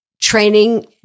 Training